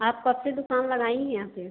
आप कब से दुकान लगाई हैं यहाँ पर